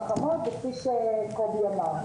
חכמות כפי שקובי אמר.